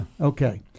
Okay